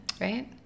right